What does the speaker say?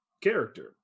character